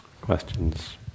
questions